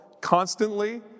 constantly